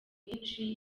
bwinshi